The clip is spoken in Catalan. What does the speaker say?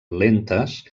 lentes